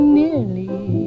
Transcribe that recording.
nearly